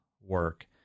work